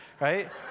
right